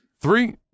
Three